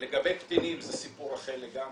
לגבי קטינים זה סיפור אחר לגמרי,